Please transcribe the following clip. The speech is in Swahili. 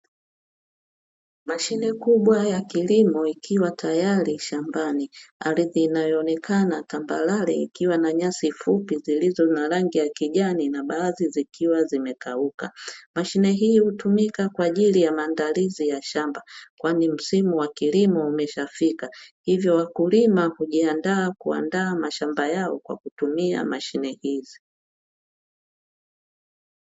Mashine kubwa ya kilimo ikiwa tayari shambani, ardhi inayoonekana tambarare ikiwa na nyasi fupi zilizo na rangi ya kijani na baadhi zilizo kaula. Mashine hii hutumika kwa ajili ya maandalizi ya shamba kwani msimu wa kilimo umeshafika hivyo wakulima hujiandaa kuandaa mashamba yao kwa kutumia mashine hizi.